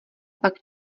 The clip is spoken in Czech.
pak